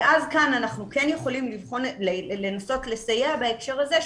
אבל כאן אנחנו כן יכולים לנסות לסייע בהקשר הזה,